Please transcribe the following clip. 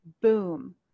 Boom